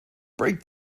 break